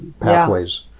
pathways